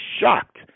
shocked